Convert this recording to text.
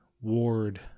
Ward